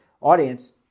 audience